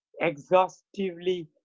exhaustively